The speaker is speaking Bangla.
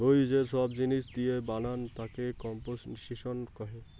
ভুঁই যে সব জিনিস দিয়ে বানান তাকে কম্পোসিশন কহে